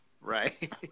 Right